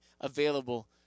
available